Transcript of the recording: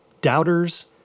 doubters